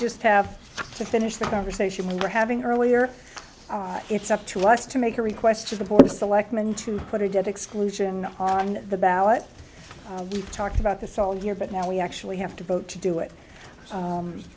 just have to finish the conversation we're having earlier it's up to us to make a request to the board of selectmen to put a dead exclusion on the ballot to talk about this all year but now we actually have to vote to do it